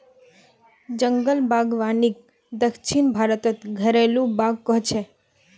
जंगल बागवानीक दक्षिण भारतत घरेलु बाग़ कह छे